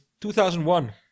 2001